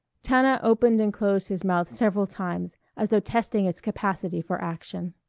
tana opened and closed his mouth several times as though testing its capacity for action.